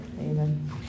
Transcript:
Amen